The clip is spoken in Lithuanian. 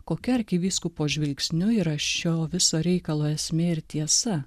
kokia arkivyskupo žvilgsniu yra šio viso reikalo esmė ir tiesa